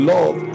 Love